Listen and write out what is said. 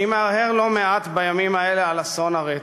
אני מהרהר לא מעט, בימים האלה, על אסון הרצח.